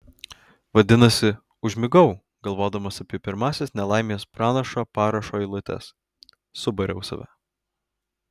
vadinasi užmigau galvodamas apie pirmąsias nelaimės pranašo parašo eilutes subariau save